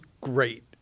great